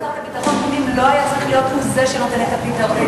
גם השר לביטחון פנים לא היה צריך להיות זה שנותן את התשובה.